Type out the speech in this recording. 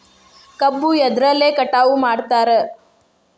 ಕಬ್ಬು ಎದ್ರಲೆ ಕಟಾವು ಮಾಡ್ತಾರ್?